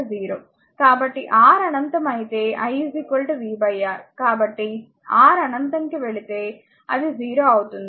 కాబట్టి R అనంతం అయితే i v R కాబట్టి R అనంతం కి వెళితే అది 0 అవుతుంది